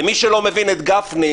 למי שלא מבין את גפני,